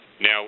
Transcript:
Now